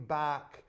back